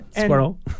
Squirrel